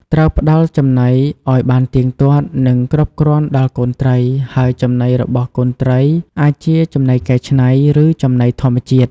ត្រូវផ្តល់ចំណីឲ្យបានទៀងទាត់ និងគ្រប់គ្រាន់ដល់កូនត្រី ហើយចំណីរបស់កូនត្រីអាចជា ចំណីកែច្នៃ ឬ ចំណីធម្មជាតិ។